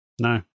No